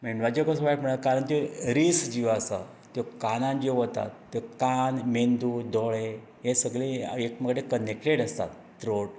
मेंदवाचेर कसो वायट परिणाम जाता कारण त्यो रेस ज्यो आसा त्यो कानान ज्यो वतात त्यो कान मेंदू दोळे हे सगलें एकमेकां कडेन कनेक्टेड आसात थ्रोट आनी